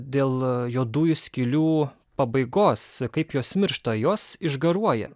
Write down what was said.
dėl juodųjų skylių pabaigos kaip jos miršta jos išgaruoja